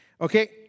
Okay